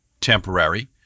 temporary